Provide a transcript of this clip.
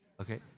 Okay